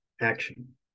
action